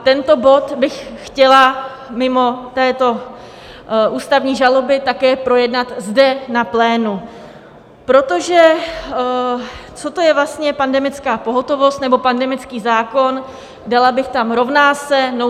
Tento bod bych chtěla, mimo této ústavní žaloby, také projednat zde na plénu, protože co to je vlastně pandemická pohotovost nebo pandemický zákon, dala bych tam rovná se nouzový stav?